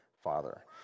father